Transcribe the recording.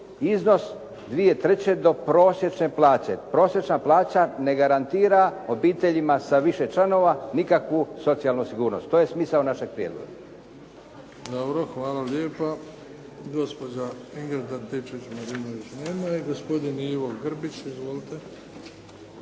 iznos dvije trećine do prosječne plaće. Prosječna plaća ne garantira obiteljima sa više članova nikakvu socijalnu sigurnost. To je smisao našeg prijedloga. **Bebić, Luka (HDZ)** Hvala lijepa. Gospođa Ingrid Antičević-Marinović. Nema je. Gospodin Ivo Grbić. Izvolite.